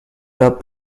top